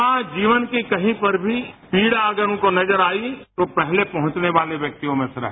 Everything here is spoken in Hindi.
समाज जीवन की कहीं पर भी पीड़ा अगर उनको नजर आई तो पहले पहुंचने वाले व्यक्तियों में से रहे